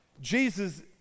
Jesus